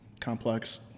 complex